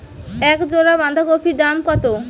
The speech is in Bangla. এক জোড়া বাঁধাকপির দাম কত?